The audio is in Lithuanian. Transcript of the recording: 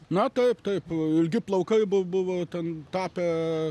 na taip taip ilgi plaukai bu buvo ten tapę